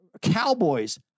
cowboys